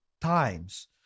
times